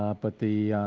ah but the